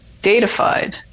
datafied